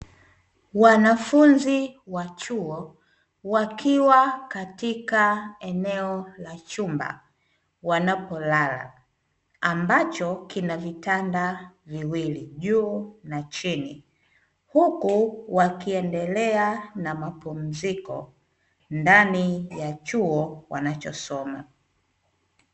Wanafunzi wa chuo wakiwa katika eneo la chumba wanapolala ambacho kina vitanda viwili juu na chini, huku wakiendelea na mapumziko ndani ya chuo wanachosoma.